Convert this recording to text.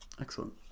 Excellent